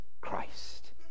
Christ